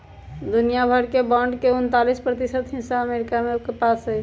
दुनिया भर के बांड के उन्तालीस प्रतिशत हिस्सा अमरीका के पास हई